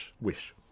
Wish